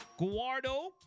Guardo